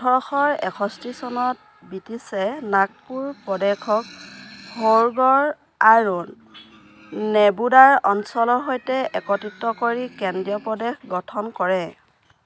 ওঠৰশ এষষ্ঠি চনত ব্ৰিটিছে নাগপুৰ প্ৰদেশক সৌগৰ আৰু নেৰবুদা অঞ্চলৰ সৈতে একত্ৰিত কৰি কেন্দ্ৰীয় প্ৰদেশ গঠন কৰে